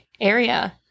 area